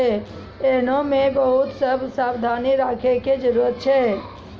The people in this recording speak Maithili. एहनो मे बहुते सभ सावधानी राखै के जरुरत छै